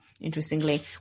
Interestingly